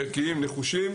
ערכית ונחושה,